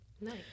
Nice